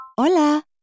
Hola